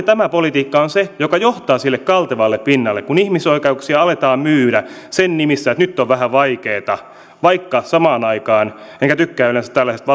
tämä politiikka on se joka johtaa sille kaltevalle pinnalle missä ihmisoikeuksia aletaan myydä sen nimissä että nyt on vähän vaikeeta vaikka samaan aikaan enkä tykkää yleensä tällaisesta